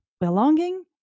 belonging